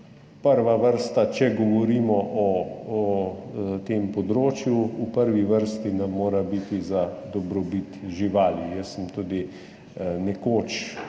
mora res, če govorimo o tem področju, v prvi vrsti nam mora biti za dobrobit živali. Jaz sem tudi nekoč